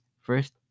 First